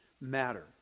matter